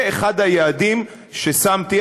זה אחד היעדים ששמתי,